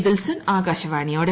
Wilson ആകാശവാണിയോട്